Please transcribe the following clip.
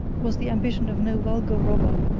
was the ambition of no vulgar robber.